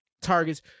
targets